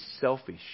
selfish